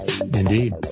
indeed